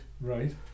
Right